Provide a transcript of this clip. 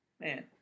man